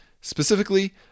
Specifically